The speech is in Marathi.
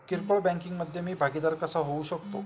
किरकोळ बँकिंग मधे मी भागीदार कसा होऊ शकतो?